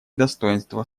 достоинство